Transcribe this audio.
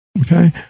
Okay